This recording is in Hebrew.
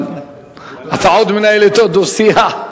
אבל אתה עוד מנהל אתו דו-שיח?